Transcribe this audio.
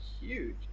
huge